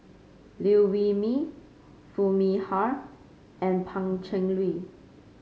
Liew Wee Mee Foo Mee Har and Pan Cheng Lui